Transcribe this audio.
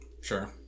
Sure